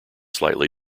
slightly